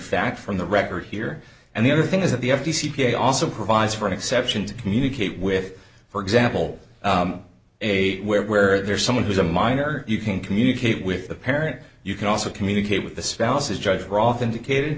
fact from the record here and the other thing is that the f t c p a also provides for an exception to communicate with for example a where there's someone who's a minor you can communicate with the parent you can also communicate with the spouses judge for authenticated